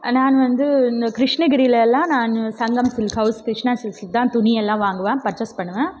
நான் வந்து இந்த கிருஷ்ணகிரியில்யெல்லாம் நான் சங்கம் சில்க் ஹவுஸ் கிருஷ்ணா சில்க்ஸில் தான் துணி எல்லாம் வாங்குவேன் பர்ச்சஸ் பண்ணுவேன்